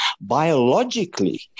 biologically